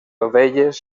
ovelles